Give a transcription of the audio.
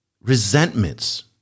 resentments